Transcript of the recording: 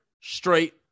straight